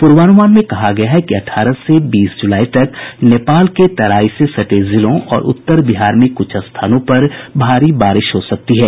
पूर्वानुमान में कहा गया है कि अठारह से बीस जुलाई तक नेपाल के तराई से सटे जिलों और उत्तर बिहार में कुछ स्थानों पर भारी बारिश हो सकती है